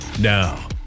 Now